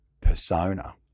persona